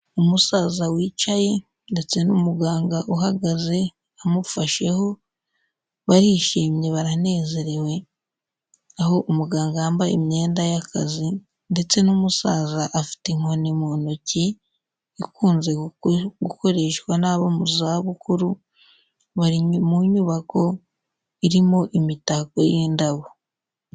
Umusaza wicaye ndetse n'umuganga uhagaze amufasheho, barishimye baranezerewe aho umuganga yambaye imyenda y'akazi ndetse n'umusaza afite inkoni mu ntoki, ikunze gukoreshwa n'abo mu zabukuru, bari mu nyubako irimo imitako y'indabo.